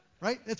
Right